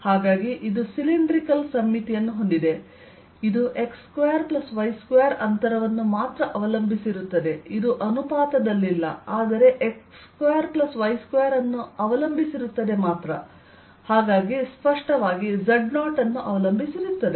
ಆದ್ದರಿಂದ ಇದು ಸಿಲಿಂಡ್ರಿಕಲ್ ಸಮ್ಮಿತಿಯನ್ನು ಹೊಂದಿದೆ ಇದು x2y2ಅಂತರವನ್ನು ಮಾತ್ರ ಅವಲಂಬಿಸಿರುತ್ತದೆ ಇದು ಅನುಪಾತದಲ್ಲಿಲ್ಲ ಆದರೆ x2y2ಅನ್ನು ಮಾತ್ರ ಅವಲಂಬಿಸಿರುತ್ತದೆ ಮತ್ತು ಆದ್ದರಿಂದ ಸ್ಪಷ್ಟವಾಗಿ z0 ಅನ್ನು ಅವಲಂಬಿಸಿರುತ್ತದೆ